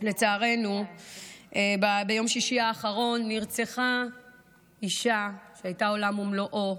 לצערנו ביום שישי האחרון נרצחה אישה שהייתה עולם ומלואו,